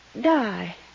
die